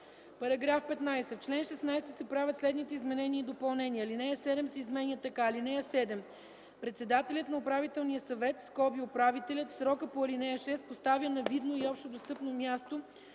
§ 15: „§ 15. В чл. 16 се правят следните изменения и допълнения: 1. Алинея 7 се изменя така: „(7) Председателят на управителния съвет (управителят) в срока по ал. 6 поставя на видно и общодостъпно място